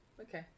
okay